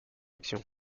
action